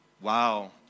Wow